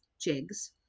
jigs